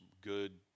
good